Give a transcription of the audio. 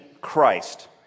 Christ